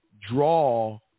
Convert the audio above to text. draw